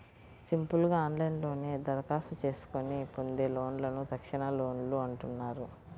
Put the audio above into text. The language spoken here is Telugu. సింపుల్ గా ఆన్లైన్లోనే దరఖాస్తు చేసుకొని పొందే లోన్లను తక్షణలోన్లు అంటున్నారు